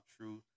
truth